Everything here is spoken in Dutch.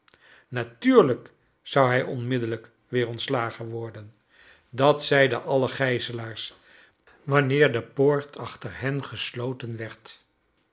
natunrlijk zou hij onmiddellijk weer ontslagen worden dat zeiden alle gijzelaars wanneer de poort ackter hen gesloten werd